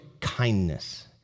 kindness